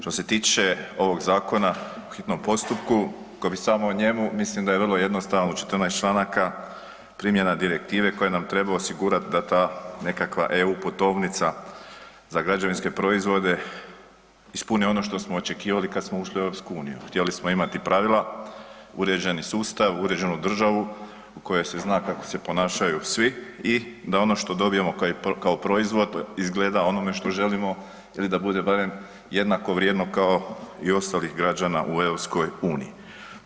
Što se tiče ovog zakona u hitnom postupku koji bi samo … mislim da je jednostavno u 14 članaka primjena direktive koje nam trebaju osigurat da ta nekakva EU putovnica za građevinske proizvode ispuni ono što smo očekivali kad smo ušli u EU, htjeli smo imati pravila, uređeni sustav, uređenu državu u kojoj se zna kako se ponašaju svi i da ono što dobijemo kao proizvod, izgleda onome što želimo ili da bude barem jednako vrijedno kao i ostalih građana u EU-u.